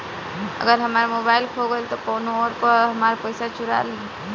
अगर हमार मोबइल खो गईल तो कौनो और हमार पइसा चुरा लेइ?